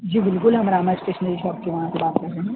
جی بالکل ہم Rahmat stationery shop کے وہاں سے بات کر رہے ہیں